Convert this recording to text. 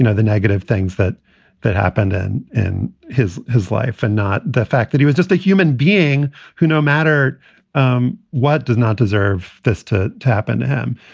the negative things that that happened in in his his life and not the fact that he was just a human being who, no matter um what, does not deserve this to to happen to him.